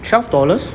twelve dollars